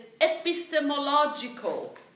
epistemological